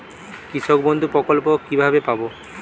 কৃষকবন্ধু প্রকল্প কিভাবে পাব?